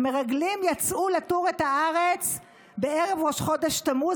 המרגלים יצאו לתור את הארץ בערב ראש חודש תמוז.